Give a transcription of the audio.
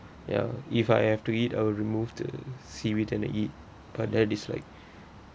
ya if I have to eat I'll remove the seaweed and eat but they dislike